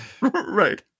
Right